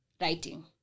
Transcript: writing